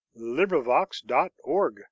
LibriVox.org